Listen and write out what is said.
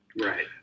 Right